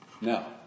now